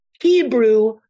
Hebrew